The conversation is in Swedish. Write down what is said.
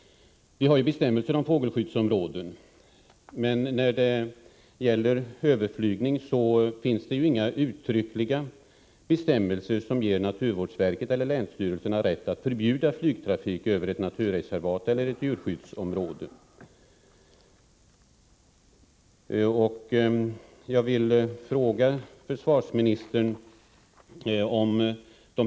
Vi har bestämmelser om fågelskyddsområden, men när det gäller överflygning finns det inga uttryckliga bestämmelser som ger naturvårdsverket eller länsstyrelserna rätt att förbjuda flygtrafik över ett naturreservat eller ett djurskyddsområde. 1.